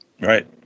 Right